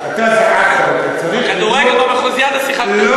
בכדורגל ב"מחוזיאדה" שיחקתי אותה.